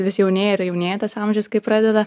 vis jaunėja ir jaunėja tas amžius kai pradeda